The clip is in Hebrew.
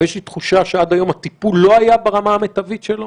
אבל יש לי תחושה שעד היום הטיפול לא היה ברמה המיטבית שלו.